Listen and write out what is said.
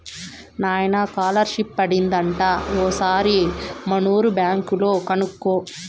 నాయనా కాలర్షిప్ పడింది అంట ఓసారి మనూరి బ్యాంక్ లో కనుకో